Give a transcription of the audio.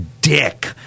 dick